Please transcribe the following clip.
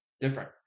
different